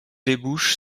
débouche